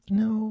no